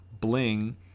Bling